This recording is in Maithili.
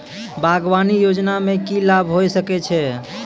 बागवानी योजना मे की लाभ होय सके छै?